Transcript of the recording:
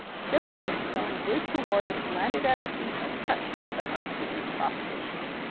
just then a stone whizzed toward us, landed at our feet, and cut short the harpooner's proposition.